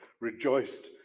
rejoiced